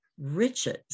riches